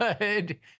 good